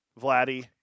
Vladdy